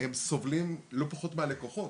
הם סובלים לא פחות מהלקוחות.